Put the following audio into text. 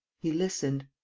he listened.